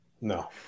no